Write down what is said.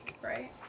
right